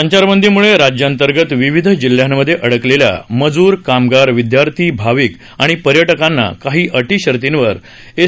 संचारबंदीमुळे राज्यातंर्गत विविध जिल्ह्यांमध्ये अडकलेल्या मजूर कामगार विद्यार्थी भाविक आणि पर्यटकांना काही अटी शर्तीवर एस